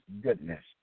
goodness